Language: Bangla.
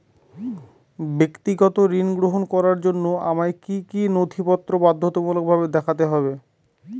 ব্যক্তিগত ঋণ গ্রহণ করার জন্য আমায় কি কী নথিপত্র বাধ্যতামূলকভাবে দেখাতে হবে?